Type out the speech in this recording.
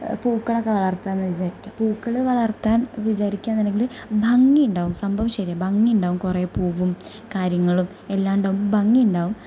പൂക്കൾ ഒക്കെ വളർത്തുക എന്ന് വിചാരിക്കുക പൂക്കൾ വളർത്താൻ വിചാരിക്കുക എന്നുണ്ടെങ്കിൽ ഭംഗി ഉണ്ടാവും സംഭവം ശരിയാണ് ഭംഗി ഉണ്ടാവും കുറേ പൂവും കാര്യങ്ങളും എല്ലാം ഉണ്ടാവുമ്പോൾ ഭംഗി ഉണ്ടാവും